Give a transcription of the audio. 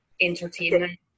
entertainment